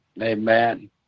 amen